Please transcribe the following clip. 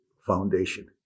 foundation